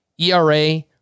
ERA